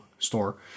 store